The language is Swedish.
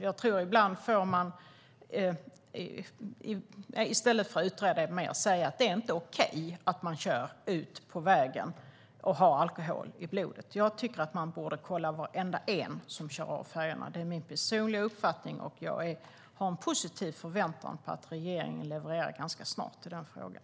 I stället för att utreda mer borde man säga: Det är inte okej att köra ut på vägen och ha alkohol i blodet. Jag tycker att man borde kolla varenda en som kör av färjorna. Det är min personliga uppfattning. Jag känner en positiv förväntan på att regeringen levererar ganska snart i den frågan.